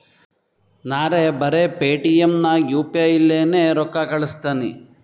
ನಾರೇ ಬರೆ ಪೇಟಿಎಂ ನಾಗ್ ಯು ಪಿ ಐ ಲೇನೆ ರೊಕ್ಕಾ ಕಳುಸ್ತನಿ